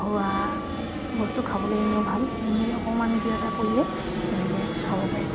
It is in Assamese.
ঘৰুৱা বস্তু খাবলৈ এনেও ভাল এনেই অকণমান কিবা এটা কৰিয়ে তেনেকৈ খাব পাৰি